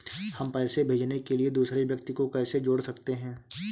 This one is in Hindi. हम पैसे भेजने के लिए दूसरे व्यक्ति को कैसे जोड़ सकते हैं?